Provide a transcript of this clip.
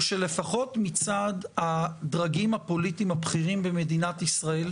הוא שלפחות מצד הדרגים הפוליטיים במדינת ישראל,